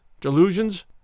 delusions